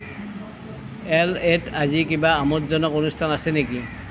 এলএত আজি কিবা আমোদজনক অনুষ্ঠান আছে নেকি